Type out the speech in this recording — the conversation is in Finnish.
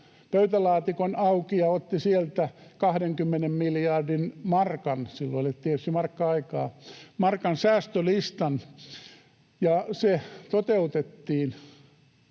pöytälaatikon auki ja otti sieltä 20 miljardin markan säästölistan — silloin elettiin